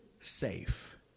safe